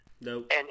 Nope